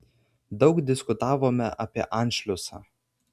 daug diskutavome apie anšliusą